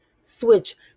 switch